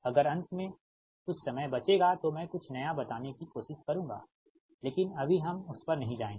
अगर अंत में कुछ समय बचेगा तो मैं कुछ नया बताने की कोशिश करूँगा लेकिन अभी हम उस पर नहीं जाएंगे